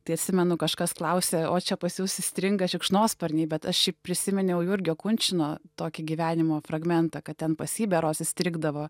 tai atsimenu kažkas klausė o čia pas jus įstringa šikšnosparniai bet aš šiaip prisiminiau jurgio kunčino tokį gyvenimo fragmentą kad ten pas jį berods įstrigdavo